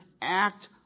act